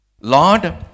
Lord